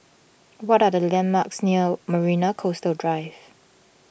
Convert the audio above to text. what are the landmarks near Marina Coastal Drive